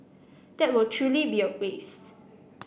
that will truly be a waste